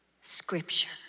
Scripture